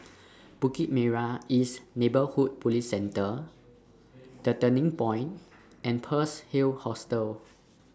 Bukit Merah East Neighbourhood Police Centre The Turning Point and Pearl's Hill Hostel